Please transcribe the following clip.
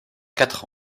quatre